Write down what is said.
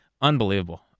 unbelievable